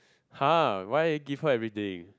!huh! why give her everything